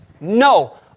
no